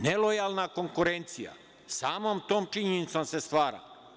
Nelojalna konkurencija samom tom činjenicom se stvara.